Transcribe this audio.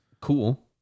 cool